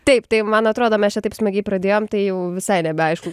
taip tai man atrodo mes čia taip smagiai pradėjom tai jau visai nebeaišku